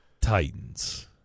titans